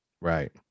right